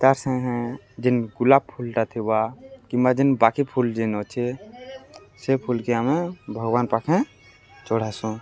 ତାର୍ ସାଙ୍ଗେ ହେଁ ଯେନ୍ ଗୁଲାପ ଫୁଲଟା ଥିବା କିମ୍ବା ଯେନ୍ ବାକି ଫୁଲ ଯେନ୍ ଅଛେ ସେ ଫୁଲକେ ଆମେ ଭଗବାନ ପାଖେ ଚଢ଼ାସୁଁ